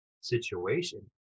situation